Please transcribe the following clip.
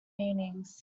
meanings